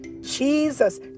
Jesus